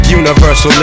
universal